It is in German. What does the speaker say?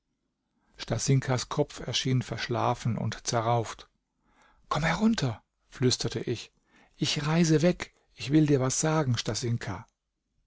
stasinkas kopf erschien verschlafen und zerrauft komm herunter flüsterte ich ich reise weg ich will dir was sagen